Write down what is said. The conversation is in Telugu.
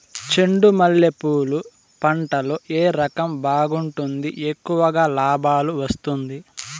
చెండు మల్లె పూలు పంట లో ఏ రకం బాగుంటుంది, ఎక్కువగా లాభాలు వస్తుంది?